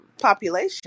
population